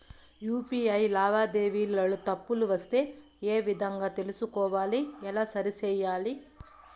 UPI లావాదేవీలలో తప్పులు వస్తే ఏ విధంగా తెలుసుకోవాలి? ఎలా సరిసేయాలి?